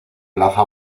plaza